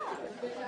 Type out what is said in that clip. על